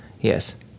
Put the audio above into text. Yes